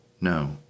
no